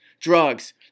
Drugs